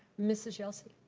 mrs. yelsey.